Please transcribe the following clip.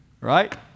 right